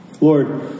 Lord